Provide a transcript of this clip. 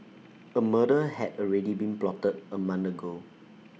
A murder had already been plotted A month ago